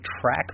track